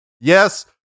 Yes